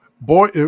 Boy